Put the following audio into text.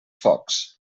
focs